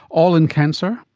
all in cancer?